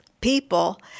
people